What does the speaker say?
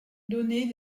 donner